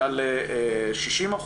מעל 60%,